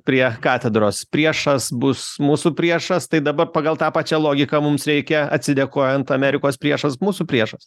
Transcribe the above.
prie katedros priešas bus mūsų priešas tai dabar pagal tą pačią logiką mums reikia atsidėkojant amerikos priešas mūsų priešas